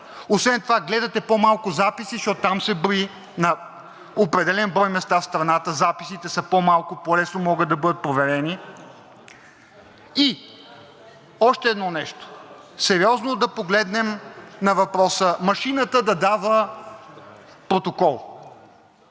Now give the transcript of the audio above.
освен това гледате по-малко записи, защото там се брои – на определен брой места в страната записите са по-малко, по-лесно могат да бъдат проверени. И още едно нещо. Сериозно да погледнем на въпроса машината да дава протокол,